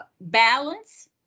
Balance